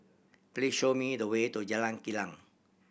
please show me the way to Jalan Kilang